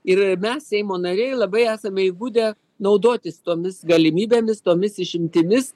ir mes seimo nariai labai esame įgudę naudotis tomis galimybėmis tomis išimtimis